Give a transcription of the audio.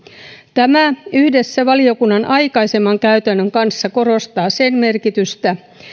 tämä yhdessä valiokunnan aikaisemman käytännön kanssa korostaa sen merkitystä